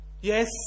Yes